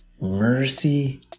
Mercy